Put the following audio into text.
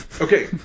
Okay